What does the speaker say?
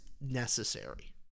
necessary